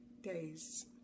days